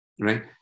right